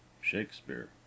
Shakespeare